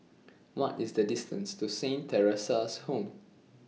What IS The distance to Saint Theresa's Home